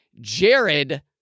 Jared